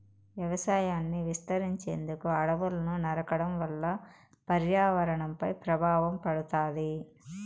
వ్యవసాయాన్ని విస్తరించేందుకు అడవులను నరకడం వల్ల పర్యావరణంపై ప్రభావం పడుతాది